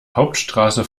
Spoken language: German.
hauptstraße